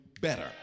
better